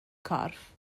corff